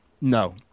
No